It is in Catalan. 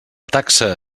taxa